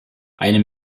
eine